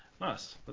Nice